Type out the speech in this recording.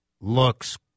looks